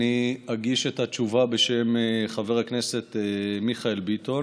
אני אגיש את התשובה בשם חבר הכנסת מיכאל ביטון,